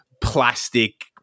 plastic